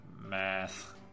Math